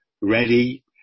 ready